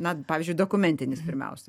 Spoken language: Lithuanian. na pavyzdžiui dokumentinis pirmiausia